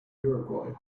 uruguay